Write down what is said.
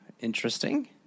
Interesting